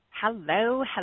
Hello